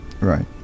Right